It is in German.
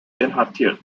inhaftiert